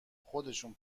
خودشون